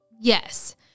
Yes